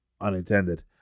unintended